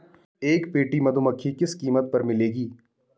एक पेटी मधुमक्खी किस कीमत पर मिलेगी?